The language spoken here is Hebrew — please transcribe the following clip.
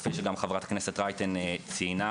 וכפי שגם חברת הכנסת רייטן ציינה,